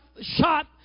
Shot